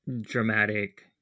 dramatic